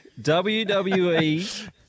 WWE